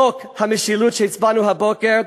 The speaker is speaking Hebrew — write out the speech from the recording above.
חוק המשילות שהצבענו עליו הבוקר,